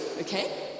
okay